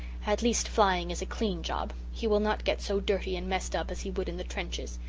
at least flying is a clean job. he will not get so dirty and messed up as he would in the trenches,